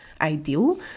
ideal